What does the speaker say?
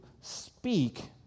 speak